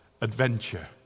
adventure